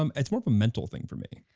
um it's more of a mental thing for me.